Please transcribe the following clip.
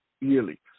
yearly